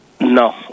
no